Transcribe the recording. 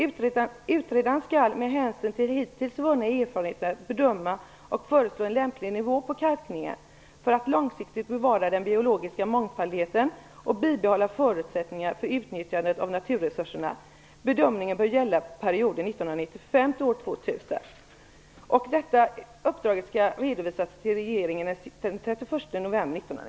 Utredaren skall med hänsyn till hittills vunna erfarenheter bedöma och föreslå en lämplig nivå på kalkningen för att långsiktigt bevara den biologiska mångfalden och bibehålla förutsättningar för utnyttjandet av naturresurserna. Bedömningen bör gälla perioden från år 1995 till år